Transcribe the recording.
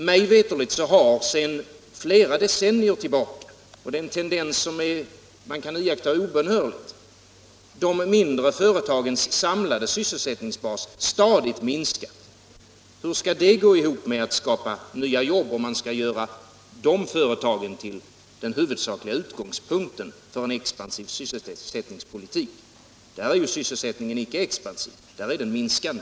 Mig veterligt har sedan flera decennier tillbaka — och detta är en tendens som verkar vara obönhörlig —- de mindre företagens samlade sysselsättningsbas stadigt minskat. Hur skall man kunna skapa nya jobb, om dessa företag skall bli den huvudsakliga utgångspunkten för en expansiv sysselsättningspolitik? Där är ju sysselsättningen icke expansiv utan minskande.